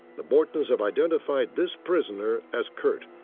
the bortons have identified this prisoner as curt.